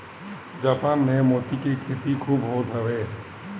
Japan में मोती के खेती खूब होत हवे